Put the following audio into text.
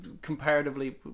Comparatively